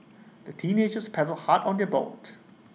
the teenagers paddled hard on their boat